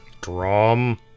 Drum